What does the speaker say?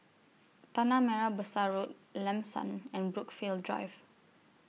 Tanah Merah Besar Road Lam San and Brookvale Drive